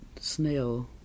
snail